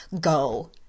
Go